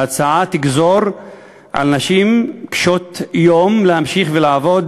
ההצעה תגזור על נשים קשות-יום להמשיך ולעבוד